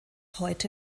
heute